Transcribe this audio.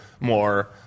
more